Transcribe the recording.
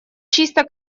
чисто